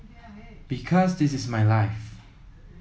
because this is my life